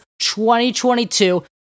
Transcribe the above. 2022